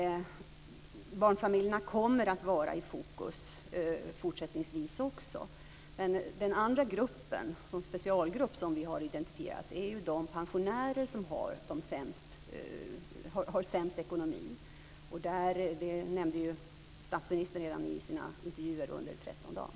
Barnfamiljerna kommer att vara i fokus också fortsättningsvis. Men den andra gruppen, den specialgrupp som vi har identifierat, är de pensionärer som har sämst ekonomi. Det nämnde statsministern redan i sina intervjuer under trettondagen.